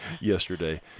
yesterday